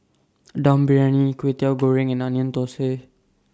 Dum Briyani Kway Teow Goreng and Onion Thosai